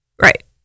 Right